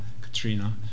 Katrina